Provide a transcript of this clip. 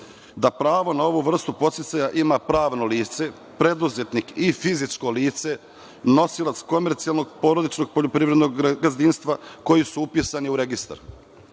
da pravo na ovu vrstu podsticaja ima pravno lice, preduzetnik i fizičko lice nosilac komercijalnog porodičnog poljoprivrednog gazdinstva koji su upisani u registar.